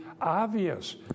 obvious